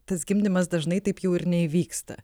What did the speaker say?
tas gimdymas dažnai taip jau ir neįvyksta